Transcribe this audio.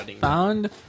Found